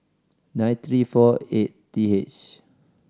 nine three fore eight T H